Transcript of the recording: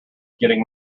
getting